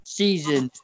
season